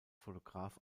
fotograf